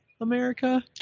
america